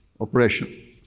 oppression